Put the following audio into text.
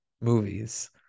movies